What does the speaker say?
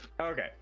okay